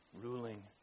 ruling